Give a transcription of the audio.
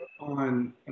on